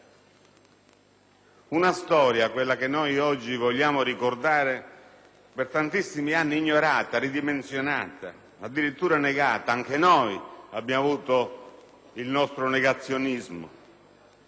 La storia che noi oggi vogliamo ricordare è stata per tantissimi anni ignorata, ridimensionata e addirittura negata. Anche noi abbiamo avuto il nostro negazionismo.